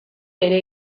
ere